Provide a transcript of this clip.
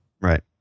Right